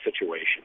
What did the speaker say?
situation